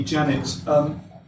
Janet